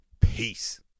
Peace